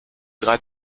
drei